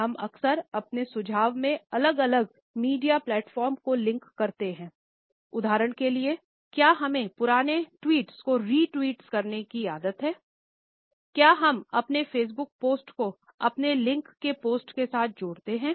हम अक्सर अपने सुझाव में अलग अलग मीडिया प्लैट फॉर्म को लिंक करते हैं उदाहरण के लिए क्या हमें पुराने ट्वीट्स को री ट्वीट करने की आदत है क्या हम अपने फेसबुक पोस्ट को अपने लिंक के पोस्ट के साथ जोड़ते हैं